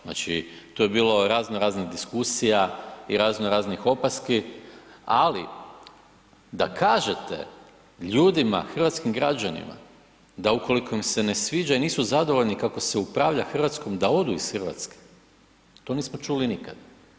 Znači, tu je bilo razno raznih diskusija i razno raznih opaski, ali da kažete ljudima, hrvatskim građanima da ukoliko im se ne sviđa i nisu zadovoljni kako se upravlja Hrvatskom da odu iz Hrvatske, to nismo čuli nikad.